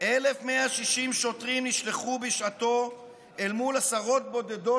1,160 שוטרים נשלחו בשעתו אל מול עשרות בודדות